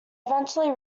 eventually